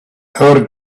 our